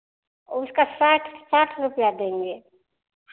ओ उसका साठ साठ रुपैया देंगे